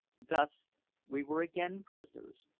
thus we were again prisoners,